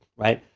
right?